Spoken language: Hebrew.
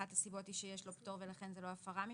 אחת הסיבות היא שיש לו פטור ולכן מבחינתכם זאת לא הפרה?